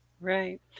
Right